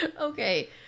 Okay